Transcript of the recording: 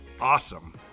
awesome